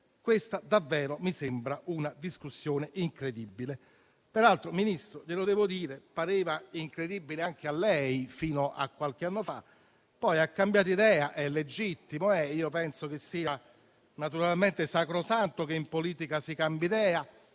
Questa davvero mi sembra una discussione incredibile. Peraltro, Ministro, le devo dire che pareva incredibile anche a lei fino a qualche anno fa e poi ha cambiato idea, come è legittimo; io penso che sia naturalmente sacrosanto che in politica si cambi idea